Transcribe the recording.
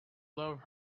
love